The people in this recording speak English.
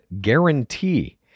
guarantee